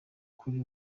kuri